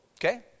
okay